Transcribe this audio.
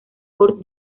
por